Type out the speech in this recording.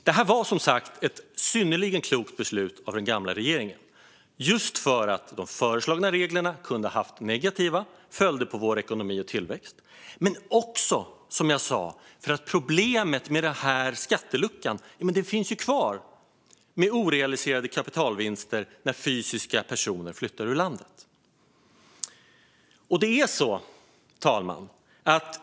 Detta var som sagt ett synnerligen klokt beslut av den gamla regeringen, just för att de föreslagna reglerna kunde ha fått negativa följder för vår ekonomi och tillväxt, men också, som jag sa, för att problemet med skatteluckan i fråga om orealiserade kapitalvinster när fysiska personer flyttar från landet finns kvar.